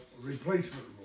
replacement